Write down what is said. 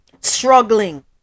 struggling